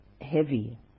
heavy